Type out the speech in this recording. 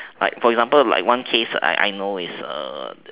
like for example for one case I know is the